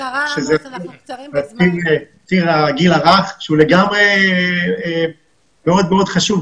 שזה הגיל הרך שהוא מאוד מאוד חשוב,